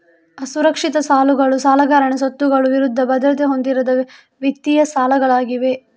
ಅಸುರಕ್ಷಿತ ಸಾಲಗಳು ಸಾಲಗಾರನ ಸ್ವತ್ತುಗಳ ವಿರುದ್ಧ ಭದ್ರತೆ ಹೊಂದಿರದ ವಿತ್ತೀಯ ಸಾಲಗಳಾಗಿವೆ